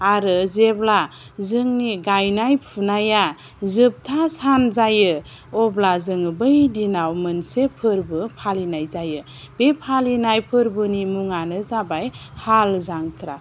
आरो जेब्ला जोंनि गायनाय फुनाया जोबथा सान जायो अब्ला जोङो बै दिनाव मोनसे फोरबो फालिनाय जायो बे फालिनाय फोरबोनि मुङानो जाबाय हाल जांख्रा